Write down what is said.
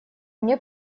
мне